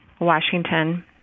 Washington